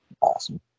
Awesome